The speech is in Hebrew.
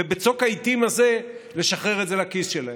ובצוק העיתים הזה לשחרר את זה לכיס שלהם.